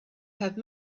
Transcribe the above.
have